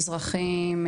מזרחים,